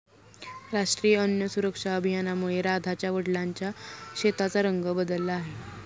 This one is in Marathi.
राष्ट्रीय अन्न सुरक्षा अभियानामुळे राधाच्या वडिलांच्या शेताचा रंग बदलला आहे